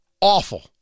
awful